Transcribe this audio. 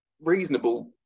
reasonable